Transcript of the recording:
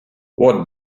what